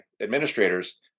administrators